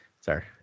Sorry